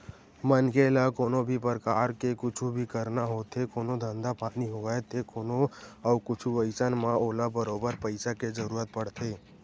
मनखे ल कोनो भी परकार के कुछु भी करना होथे कोनो धंधा पानी होवय ते कोनो अउ कुछु अइसन म ओला बरोबर पइसा के जरुरत पड़थे